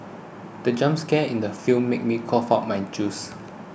the jump scare in the film made me cough out my juice